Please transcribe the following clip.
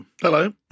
Hello